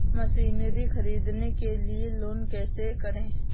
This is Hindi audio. मशीनरी ख़रीदने के लिए लोन कैसे करें?